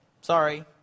Sorry